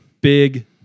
Big